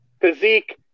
physique